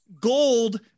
gold